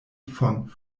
von